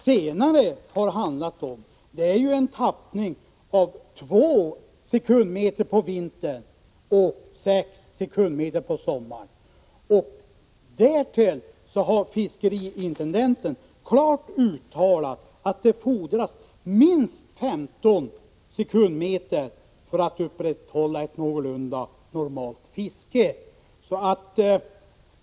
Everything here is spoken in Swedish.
Senare har det kommit att röra sig om en tappning av två sekundmeter på vintern och sex sekundmeter på sommaren. Fiskeriintendenten har därtill klart uttalat att det fordras minst femton sekundmeter för att upprätthålla ett någorlunda normalt fiske.